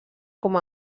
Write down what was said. com